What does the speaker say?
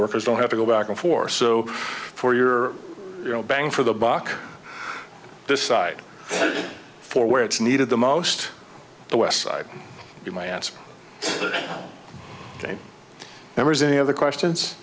workers don't have to go back and forth so for your you know bang for the buck this side for where it's needed the most the west side you my answer there was any other questions